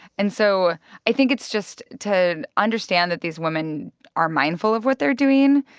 and so i think it's just to understand that these women are mindful of what they're doing.